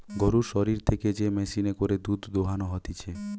গরুর শরীর থেকে যে মেশিনে করে দুধ দোহানো হতিছে